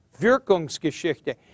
Wirkungsgeschichte